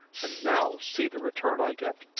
and now see the return i get.